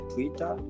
Twitter